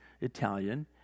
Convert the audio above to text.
Italian